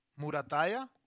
Murataya